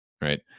right